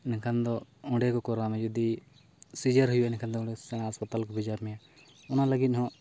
ᱤᱱᱟᱹᱠᱷᱟᱱ ᱫᱚ ᱚᱸᱰᱮ ᱡᱩᱫᱤ ᱥᱤᱡᱟᱨ ᱦᱩᱭᱩᱜᱼᱟ ᱤᱱᱟᱹᱠᱷᱟᱱ ᱫᱚ ᱥᱮᱬᱟ ᱦᱟᱸᱥᱯᱟᱛᱟᱞ ᱠᱚ ᱵᱷᱮᱡᱟ ᱢᱮᱭᱟ ᱚᱱᱟ ᱞᱟᱹᱜᱤᱫᱦᱚᱸ